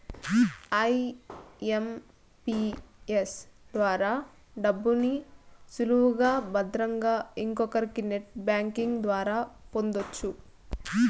IMPS ద్వారా డబ్బుని సులువుగా భద్రంగా ఇంకొకరికి నెట్ బ్యాంకింగ్ ద్వారా పొందొచ్చు